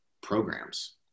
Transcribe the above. programs